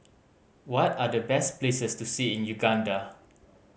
what are the best places to see in Uganda